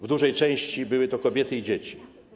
W dużej części były to kobiety i dzieci.